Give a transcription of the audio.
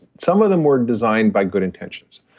some of them were designed by good intentions.